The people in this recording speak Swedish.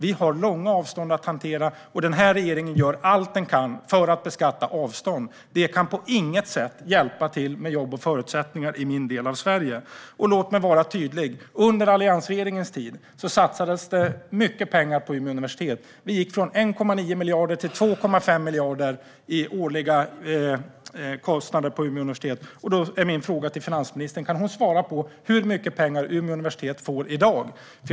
Vi har långa avstånd att hantera, och den här regeringen gör allt den kan för att beskatta avstånd. Det kan på intet sätt bidra till jobb och förutsättningar i min del av Sverige. Låt mig vara tydlig: Under alliansregeringens tid satsades det mycket penar på Umeå universitet, från 1,9 miljarder till 2,5 miljarder årligen. Då är min fråga till finansministern: Hur mycket får Umeå universitet i dag?